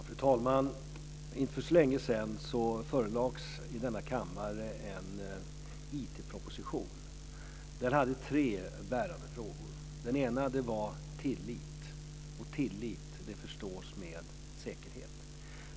Fru talman! För inte så länge sedan förelades riksdagen en IT-proposition med tre bärande frågor. Den första frågan gäller tillit, varmed förstås säkerhet.